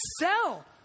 sell